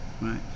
right